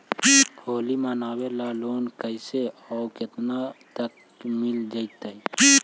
होली मनाबे ल लोन कैसे औ केतना तक के मिल जैतै?